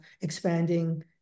expanding